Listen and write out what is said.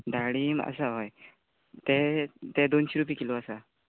डाळीम आसा हय तें तें दोनशी रुपय किलो आसा